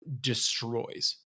destroys